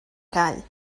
cau